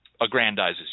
aggrandizes